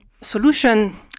solution